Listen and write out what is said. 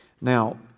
Now